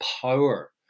power